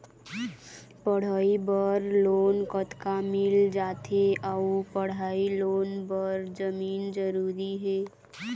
पढ़ई बर लोन कतका मिल जाथे अऊ पढ़ई लोन बर जमीन जरूरी हे?